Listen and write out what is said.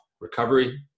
recovery